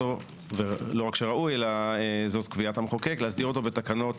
בתקנות ולא רק ראוי אלא זו קביעת המחוקק להסדירו בתקנות